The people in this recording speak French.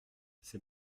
c’est